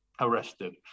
Arrested